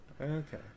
Okay